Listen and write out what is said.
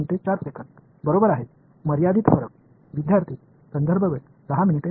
மாணவர் சரியான வரையறுக்கப்பட்ட வேறுபாடு